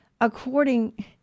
according